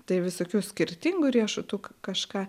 tai visokių skirtingų riešutų kažką